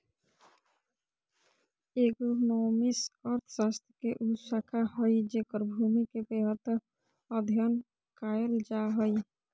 agronomics अर्थशास्त्र के उ शाखा हइ जेकर भूमि के बेहतर अध्यन कायल जा हइ